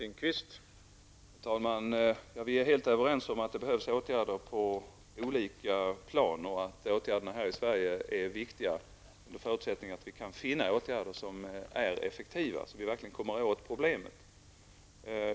Herr talman! Vi är helt överens om att det behövs åtgärder på olika plan och att åtgärder här i Sverige är viktiga under förutsättning att vi kan finna åtgärder som är effektiva och som gör att vi verkligen kommer åt problemen.